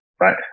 right